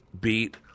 beat